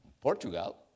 Portugal